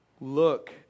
Look